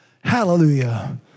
Hallelujah